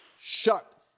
shut